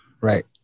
Right